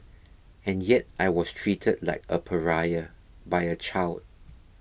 and yet I was treated like a pariah by a child